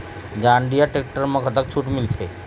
John Deere tractor म कतक छूट मिलथे?